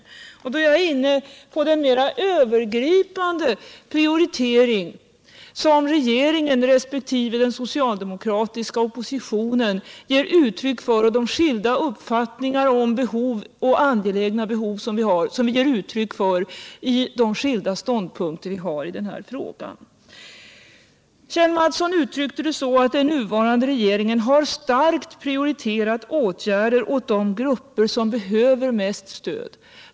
Därmed kommer jag in på den mera övergripande prioriteringen, på frågan om de skilda uppfattningarna om vilka behov som är mest angelägna och vad regeringen och den socialdemokratiska oppositionen har givit uttryck för. Kjell Mattsson uttryckte det så att den nuvarande regeringen har starkt prioriterat åtgärder för de grupper som behöver mest stöd.